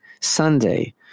Sunday